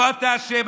לא אתה אשם,